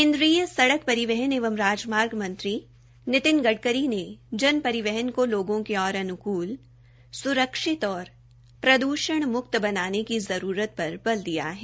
केन्द्रीय संड़क परिवहन एवं राजमार्ग मंत्री नितिन गड़करी ने जन परिवहन को लोगों के और अनुकूल सुरक्षित और प्रद्षण मुक्त बनाने की जरूरत पर बल दिया है